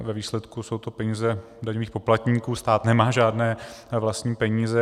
Ve výsledku jsou to peníze daňových poplatníků, stát nemá žádné vlastní peníze.